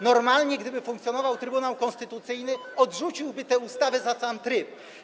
Normalnie gdyby funkcjonował Trybunał Konstytucyjny, odrzuciłby tę ustawę za sam tryb.